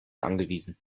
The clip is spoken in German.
angewiesen